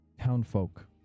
townfolk